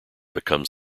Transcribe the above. becomes